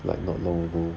like not long ago